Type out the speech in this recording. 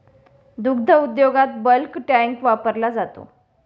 दुग्ध उद्योगात bulk tank वापरला जातो